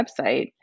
website